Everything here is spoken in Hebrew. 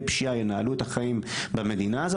פשיעה ינהלו את החיים במדינה הזו,